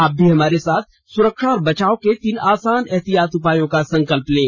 आप भी हमारे साथ सुरक्षा और बचाव के तीन आसान एहतियाती उपायों का संकल्प लें